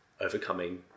overcoming